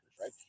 right